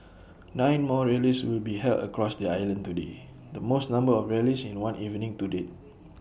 nine more rallies will be held across the island today the most number of rallies in one evening to date